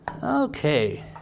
Okay